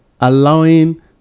allowing